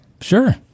Sure